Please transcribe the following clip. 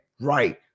right